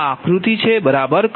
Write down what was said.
તો આ આકૃતિ છે બરાબર